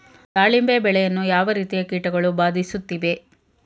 ದಾಳಿಂಬೆ ಬೆಳೆಯನ್ನು ಯಾವ ರೀತಿಯ ಕೀಟಗಳು ಬಾಧಿಸುತ್ತಿವೆ?